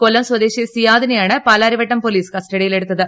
കൊല്ലം സ്വദേശി സിയാദിനെയാണ് പാലാരിവട്ടം പോലീസ് കസ്റ്റഡിയിലെടുത്തത്